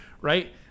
right